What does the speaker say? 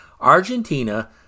Argentina